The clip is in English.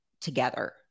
together